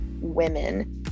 women